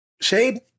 Shade